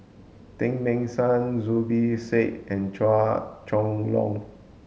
Teng Mah Seng Zubir Said and Chua Chong Long